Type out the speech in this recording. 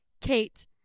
Kate